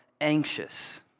anxious